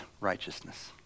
righteousness